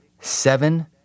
Seven